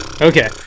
Okay